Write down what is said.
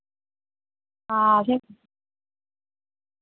हां असें